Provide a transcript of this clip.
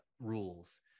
rules